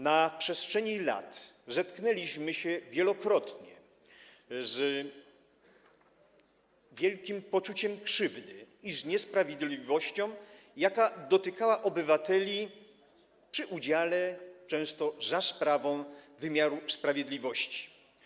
Na przestrzeni lat zetknęliśmy się wielokrotnie z wielkim poczuciem krzywdy i z niesprawiedliwością, jaka dotykała obywateli przy udziale, często za sprawą wymiaru sprawiedliwości.